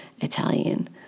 Italian